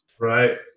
Right